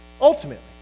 ultimately